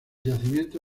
yacimiento